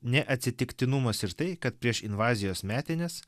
ne atsitiktinumas ir tai kad prieš invazijos metines